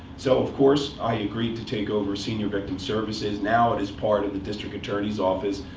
so of course, i agreed to take over senior victim services. now, it is part of the district attorney's office.